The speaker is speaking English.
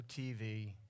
TV